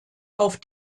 auf